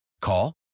Call